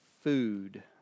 food